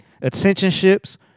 attentionships